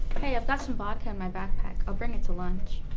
hey, i've got some vodka in my backpack. i'll bring it to lunch.